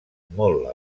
molt